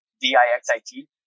D-I-X-I-T